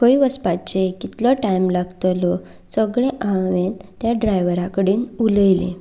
खंय वचपाचें कितलो टायम लागतलो सगलें हांवें त्या ड्रायव्हरा कडेन उलयलें